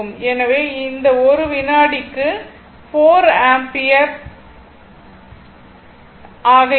எனவே இது ஒரு வினாடிக்கு 4 ஆம்பியர் ஆக இருக்கும்